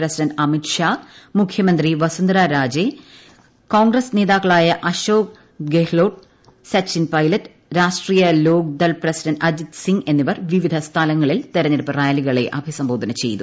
president Amit Shah മുഖ്യമന്ത്രി വസുന്ദരാ രാജെ കോൺഗ്രസ് നേതാക്കളായ Ashok ഗെഹ്ലൊട്ട്സച്ചിൻ പൈലറ്റ്രാഷ്ട്രീയ Lok Dal president Ajith Singh എന്നിവർ വിവിധ സ്ഥലങ്ങളിൽ തെരഞ്ഞെടുപ്പ് റാലികളെ അഭിസംബോധന ചെയ്തു